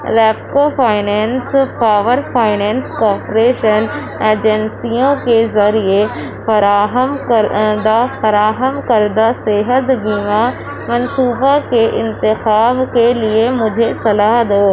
Repco finance power finance corporation ایجنسیوں کے ذریعے فراہم کر دہ فراہم کردہ صحت بیمہ منصوبہ کے انتخاب کے لیے مجھے صلاح دو